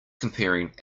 comparing